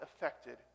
affected